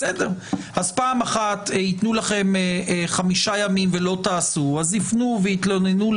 פעם אחת ייתנו לכם חמישה ימים ולא תעשו יתלוננו וישאלו לנו.